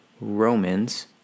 Romans